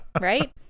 Right